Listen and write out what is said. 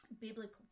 biblical